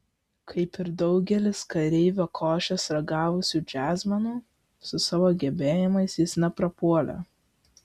kaip ir daugelis kareivio košės ragavusių džiazmenų su savo gebėjimais jis neprapuolė